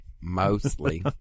Mostly